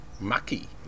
Mucky